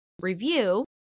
review